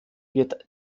wird